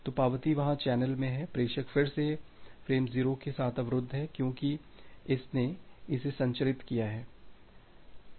तो पावती वहाँ चैनल में है प्रेषक फिर से फ्रेम 0 के साथ अवरुद्ध है क्योंकि इसने इसे संचारित किया है